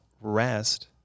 rest